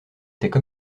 étaient